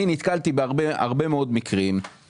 אני נתקלתי בהרבה מאוד מקרים בהם